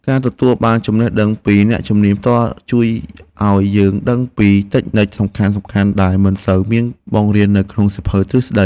ការទទួលបានចំណេះដឹងពីអ្នកជំនាញផ្ទាល់ជួយឱ្យយើងដឹងពីតិចនិកសំខាន់ៗដែលមិនសូវមានបង្រៀននៅក្នុងសៀវភៅទ្រឹស្តី។